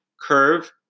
curve